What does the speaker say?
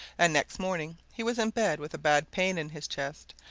and next morning he was in bed with a bad pain in his chest,